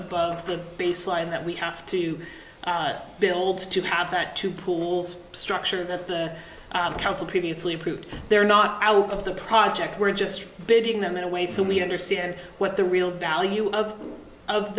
above the baseline that we have to build to have that two pools structure that the council previously approved they're not out of the project we're just bidding them in a way so we understand what the real value of of